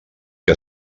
que